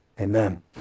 Amen